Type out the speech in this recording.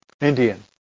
Indian